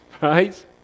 right